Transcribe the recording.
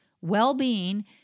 well-being